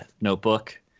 notebook